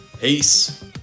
peace